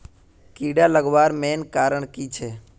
कीड़ा लगवार मेन कारण की छे?